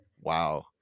Wow